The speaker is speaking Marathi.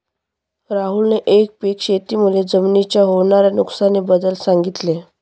राहुलने एकपीक शेती मुळे जमिनीच्या होणार्या नुकसानी बद्दल सांगितले